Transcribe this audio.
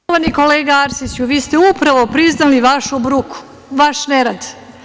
Poštovani kolega Arsiću, vi ste upravo priznali vašu bruku, vaš nerad.